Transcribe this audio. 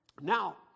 Now